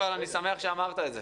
אבל אני שמח שאמרת את זה,